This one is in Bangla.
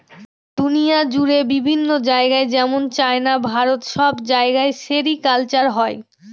দুনিয়া জুড়ে বিভিন্ন জায়গায় যেমন চাইনা, ভারত সব জায়গায় সেরিকালচার হয়